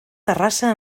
terrassa